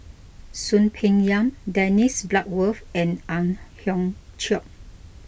Soon Peng Yam Dennis Bloodworth and Ang Hiong Chiok